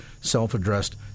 self-addressed